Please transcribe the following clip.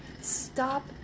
Stop